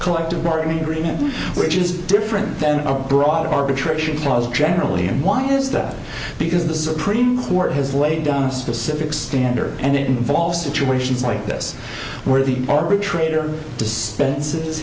collective bargaining agreement which is different than a broad arbitration clause generally and why is that because the supreme court has laid down a specific standard and it involves situations like this where the arbitrator dispenses his